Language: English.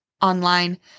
online